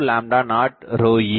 b20e